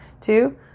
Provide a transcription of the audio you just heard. two